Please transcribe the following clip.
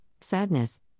sadness